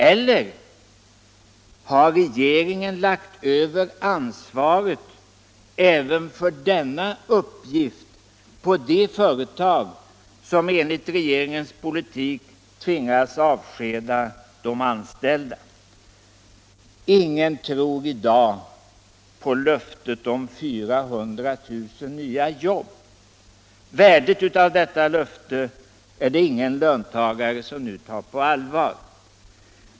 Eller har regeringen lagt över ansvaret även för denna uppgift på de företag som enligt regeringens politik tvingas avskeda de anställda? Ingen tror i dag på löftet om 400 000 nya jobb. Det är det ingen löntagare som nu tar på allvar.